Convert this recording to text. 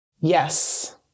Yes